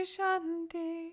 Shanti